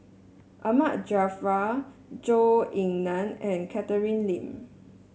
Ahmad Jaafar Zhou Ying Nan and Catherine Lim